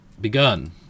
Begun